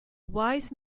wise